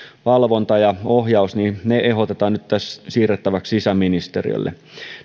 valvonta ja ohjaus ne ehdotetaan nyt tässä siirrettäväksi sisäministeriölle